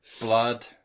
blood